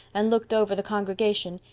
and looked over the congregation,